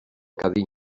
cadí